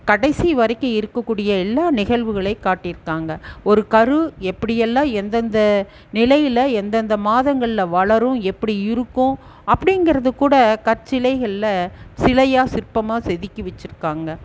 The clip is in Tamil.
கடைசி வரைக்கும் இருக்கக்கூடிய எல்லா நிகழ்வுகளை காட்டி இருக்காங்க ஒரு கரு எப்படி எல்லாம் எந்தெந்த நிலையில் எந்தெந்த மாதங்களில் வளரும் எப்படி இருக்கும் அப்படிங்கிறதைக்கூட கற்சிலைகளில் சிலையாக சிற்பமாக செதுக்கி வைச்சுருக்காங்க